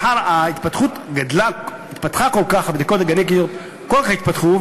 הבדיקות הגנטיות כל כך התפתחו.